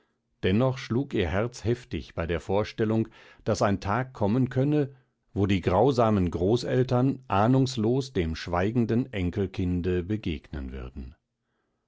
dennoch schlug ihr herz heftig bei der vorstellung daß ein tag kommen könne wo die grausamen großeltern ahnungslos dem schweigenden enkelkinde begegnen würden